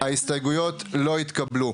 הצבעה ההסתייגויות לא התקבלו.